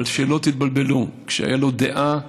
אבל שלא תתבלבלו, כשהייתה לו דעה,